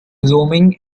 roaming